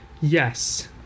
Yes